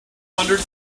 hundred